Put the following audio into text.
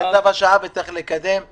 זה צו השעה וצריך לקדם את זה.